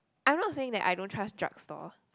I am not saying that I don't trust drug store